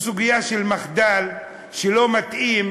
זו סוגיה של מחדל שלא מתאים